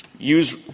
Use